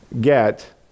get